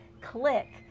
Click